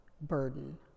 burden